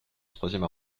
troisième